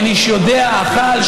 אין איש יודע: אכל,